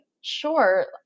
sure